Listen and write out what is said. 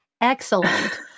excellent